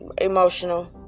emotional